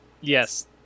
Yes